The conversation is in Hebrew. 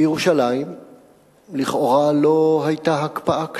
בירושלים, לכאורה, לא היתה הקפאה כלל.